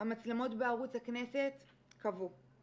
המצלמות בערוץ הכנסת כבו.